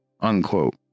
Unquote